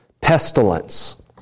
pestilence